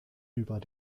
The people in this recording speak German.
über